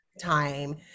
time